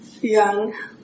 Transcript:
young